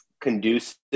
conducive